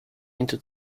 into